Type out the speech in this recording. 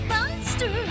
Monster